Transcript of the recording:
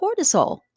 cortisol